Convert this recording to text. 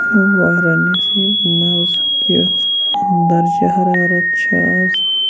وارنٔسی منٛز کِتھ درجہِ حرارت چھِ آز